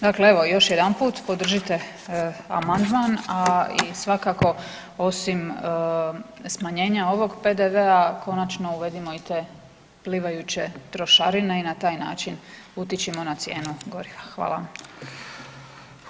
Dakle, evo još jedanput podržite amandman, a i svakako osim smanjenja ovog PDV-a konačno uvedimo i te plivajuće trošarine i na taj način utičimo na cijenu goriva.